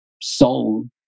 soul